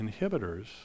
inhibitors